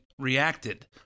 reacted